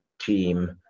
team